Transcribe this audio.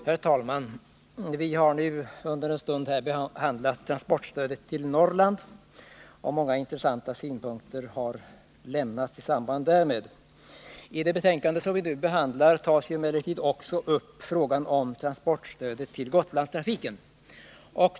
Herr talman! Vi har nu under en stund diskuterat transportstödet till Norrland, och många intressanta synpunkter har anförts i samband därmed. I det betänkande som vi nu behandlar berörs emellertid också frågan om transportstödet till Gotlandstrafiken.